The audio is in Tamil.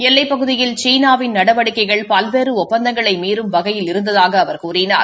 எல்லைப்பகுதியில் சீனாவின் நடவடிக்கைகள் பல்வேறு ஒப்பந்தங்களை மீறும் வகையில் இருந்ததாக அவா கூறினார்